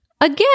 Again